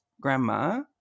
grandma